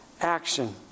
action